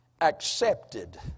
accepted